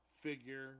figure